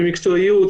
במקצועיות.